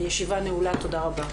הישיבה נעולה, תודה רבה.